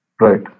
right